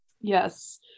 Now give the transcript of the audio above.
Yes